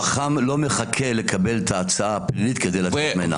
חכם לא מחכה לקבל את ההצעה הפלילית כדי לצאת ממנה.